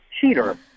cheater